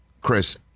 Chris